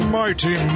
mighty